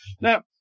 Now